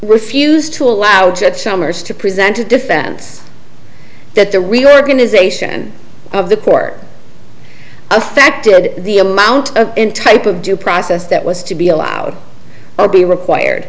refused to allow judge summers to present a defense that the reorganization of the court affected the amount of in type of due process that was to be allowed or be required